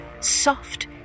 Soft